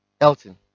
Elton